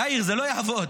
יאיר, זה לא יעבוד.